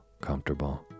comfortable